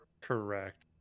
correct